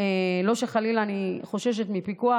לא שחלילה אני חוששת מפיקוח,